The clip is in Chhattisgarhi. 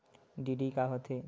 डी.डी का होथे?